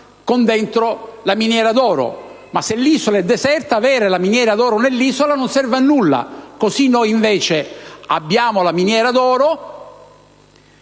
con dentro la miniera d'oro: ma se l'isola è deserta avere la miniera d'oro non serve a nulla. Così noi abbiamo la miniera d'oro,